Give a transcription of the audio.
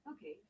okay